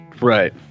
Right